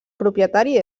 propietari